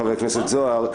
חבר הכנסת זוהר.